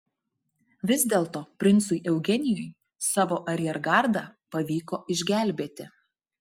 vis dėlto princui eugenijui savo ariergardą pavyko išgelbėti